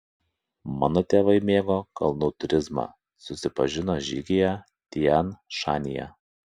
mano tėvai mėgo kalnų turizmą susipažino žygyje tian šanyje